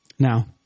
Now